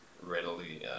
readily